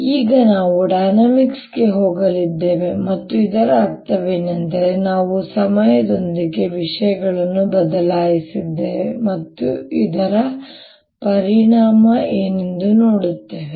ಈಗ ನಾವು ಡೈನಾಮಿಕ್ಸ್ಗೆ ಹೋಗಲಿದ್ದೇವೆ ಮತ್ತು ಇದರ ಅರ್ಥವೇನೆಂದರೆ ನಾವು ಸಮಯದೊಂದಿಗೆ ವಿಷಯಗಳನ್ನು ಬದಲಾಯಿಸಲಿದ್ದೇವೆ ಮತ್ತು ಇದರ ಪರಿಣಾಮ ಏನೆಂದು ನೋಡುತ್ತೇವೆ